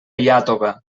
iàtova